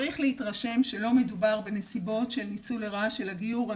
צריך להתרשם שלא מדובר בנסיבות של ניצול לרעה של הגיור.